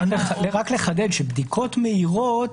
רק לחדד שבדיקות מהירות,